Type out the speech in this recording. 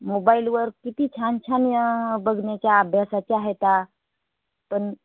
मोबाईलवर किती छान छान बघण्याच्या अभ्यासाच्या आहे आता पण